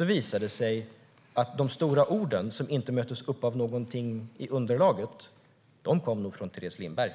visar det sig att de stora orden, som inte återspeglades av någonting i underlaget, nog kom från Teres Lindberg.